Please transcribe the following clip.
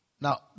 now